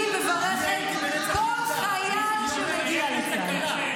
אני הייתי בנצח יהודה, היא אומרת שאני תקלה.